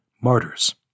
martyrs